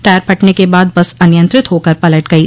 tyre फटने के बाद बस अनियंत्रित होकर पलट गयी